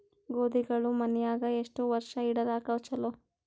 ಗೋಧಿಗಳು ಮನ್ಯಾಗ ಎಷ್ಟು ವರ್ಷ ಇಡಲಾಕ ಚಲೋ?